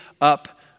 up